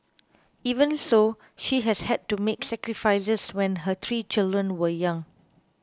even so she has had to make sacrifices when her three children were young